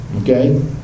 okay